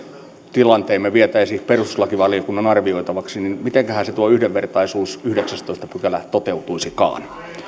tilanteemme vietäisiin perustuslakivaliokunnan arvioitavaksi niin mitenköhän tuo yhdenvertaisuus yhdeksästoista pykälä toteutuisikaan